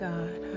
God